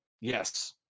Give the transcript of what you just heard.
yes